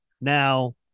Now